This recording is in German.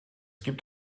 gibt